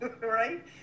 right